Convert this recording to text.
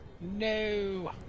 no